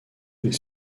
les